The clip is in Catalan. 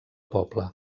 poble